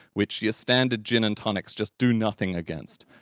which your standard gin and tonics just do nothing against.